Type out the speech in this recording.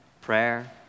prayer